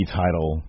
title